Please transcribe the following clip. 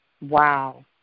Wow